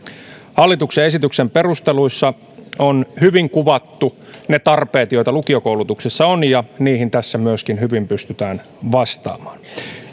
hallituksen esityksen perusteluissa on hyvin kuvattu ne tarpeet joita lukiokoulutuksessa on ja niihin tässä myöskin hyvin pystytään vastaamaan